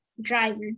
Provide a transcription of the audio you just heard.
driver